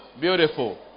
Beautiful